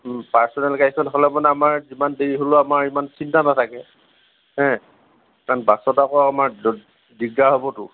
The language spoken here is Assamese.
পাৰ্চনেল গাড়ীখন হ'লে মানে আমাৰ যিমান দেৰি হ'লেও আমাৰ সিমান চিন্তা নাথাকে হেঁ কাৰণ বাছত আকৌ আমাৰ দিগদাৰ হ'বতো